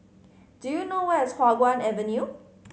do you know where is Hua Guan Avenue